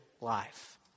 life